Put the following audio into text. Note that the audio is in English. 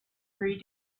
three